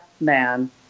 Man